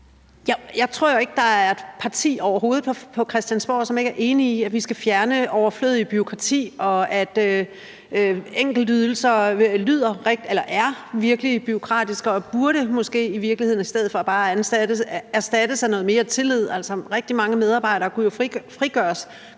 Jeg tror jo ikke, der overhovedet er et parti på Christiansborg, som ikke er enig i, at vi skal fjerne overflødigt bureaukrati, og at enkeltydelser er virkelig bureaukratiske og måske i virkeligheden i stedet for bare burde erstattes af noget mere tillid. Altså, rigtig mange medarbejdere kunne jo frigøres